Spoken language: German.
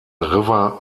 river